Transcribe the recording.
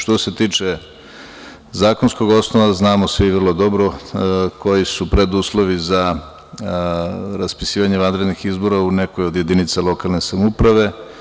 Što se tiče zakonskog osnova, znamo svi vrlo dobro koji su preduslovi za raspisivanje vanrednih izbora u nekoj od jedinica lokalne samouprave.